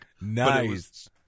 Nice